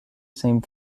same